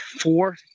four